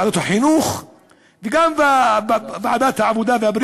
ועדת החינוך וגם ועדת העבודה,